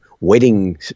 wedding